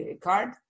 card